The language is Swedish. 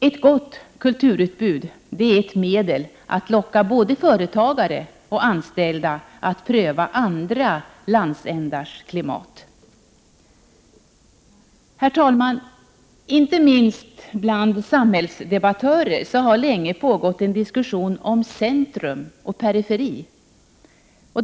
Ett gott kulturutbud är ett medel att locka både företagare och anställda att pröva andra landsändars klimat. Herr talman! Inte minst bland samhällsdebattörer har länge pågått en diskussion om centrum och periferi.